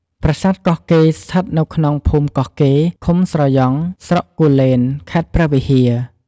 ប្រាសាទកោះកេរស្ថិតនៅក្នុងភូមិកោះកេរ្តិ៍ ឃុំស្រយ៉ង់ ស្រុកគូលែន ខេត្តព្រះវិហារ។